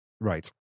Right